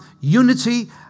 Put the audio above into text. unity